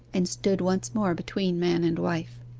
and stood once more between man and wife.